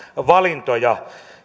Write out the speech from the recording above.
valintoja